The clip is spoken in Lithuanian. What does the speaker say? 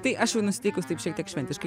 tai aš jau nusiteikus taip šiek tiek šventiškai